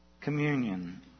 communion